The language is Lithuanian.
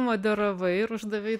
moderavai ir uždavei